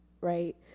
right